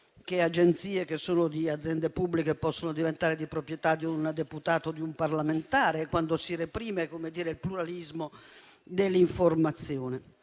che agenzie che sono di aziende pubbliche possono diventare di proprietà di un deputato o di un parlamentare e che si reprime il pluralismo dell'informazione.